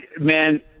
Man